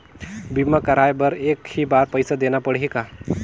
बीमा कराय बर एक ही बार पईसा देना पड़ही का?